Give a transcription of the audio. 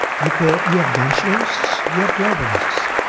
you call you have nationalists. you have globalists.